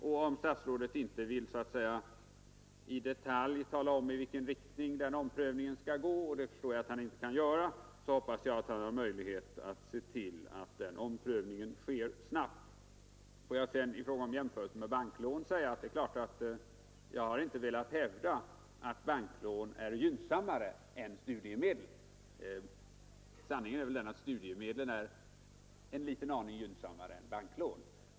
Och om statsrådet inte vill i detalj tala om i vilken riktning den omprövningen skall gå — det förstår jag att han inte vill göra — så hoppas jag att han har möjlighet att se till att omprövningen sker snabbt. Får jag sedan i fråga om jämförelsen med banklån säga, att det är klart att jag inte har velat hävda att banklån är gynnsammare än studiemedel. Sanningen är väl den att studiemedlen är en liten aning gynnsammare än banklån.